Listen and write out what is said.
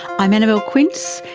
i'm annabelle quince,